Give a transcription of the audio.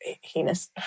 heinous